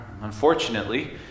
unfortunately